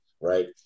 right